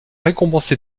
récompensé